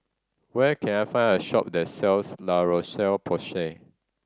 where can I find a shop that sells La Roche Porsay